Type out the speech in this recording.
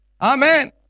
Amen